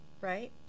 Right